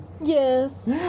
Yes